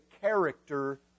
character